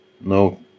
No